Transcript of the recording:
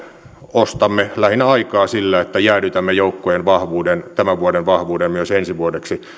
ostamme lähinnä aikaa sillä että jäädytämme joukkojen tämän vuoden vahvuuden myös ensi vuodeksi